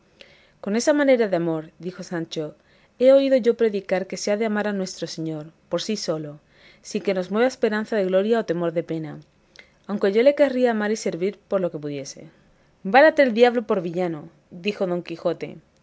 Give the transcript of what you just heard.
con esa manera de amor dijo sancho he oído yo predicar que se ha de amar a nuestro señor por sí solo sin que nos mueva esperanza de gloria o temor de pena aunque yo le querría amar y servir por lo que pudiese válate el diablo por villano dijo don quijote